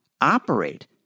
operate